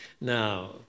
Now